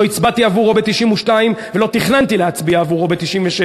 לא הצבעתי עבורו ב-1992 ולא תכננתי להצביע עבורו ב-1996,